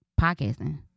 podcasting